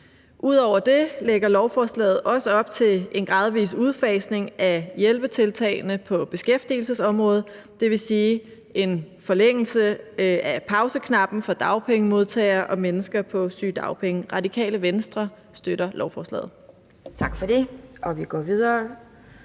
Ud over det lægger lovforslaget også op til en gradvis udfasning af hjælpetiltagene på beskæftigelsesområdet, dvs. en forlængelse af pauseknappen for dagpengemodtagere og mennesker på sygedagpenge. Det Radikale Venstre støtter lovforslaget.